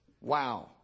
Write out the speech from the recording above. Wow